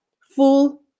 full